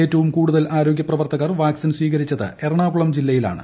ഏറ്റവും കൂടുതൽ ആരോഗ്യപ്രവർത്തകർ വാക്സിൻ സ്വീകരിച്ചത് എറണാകുളം ജില്ലയിലാണ്